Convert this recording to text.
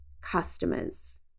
customers